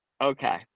Okay